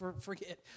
forget